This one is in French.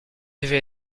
devait